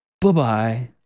Bye-bye